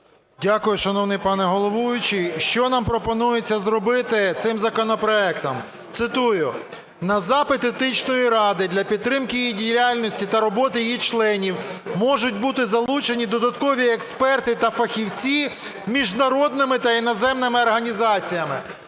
Дякую, шановний пане головуючий. Що нам пропонується зробити цим законопроектом. Цитую: "На запит Етичної ради для підтримки її діяльності та роботи її членів можуть бути залучені додаткові експерти та фахівці міжнародними та іноземними організаціями".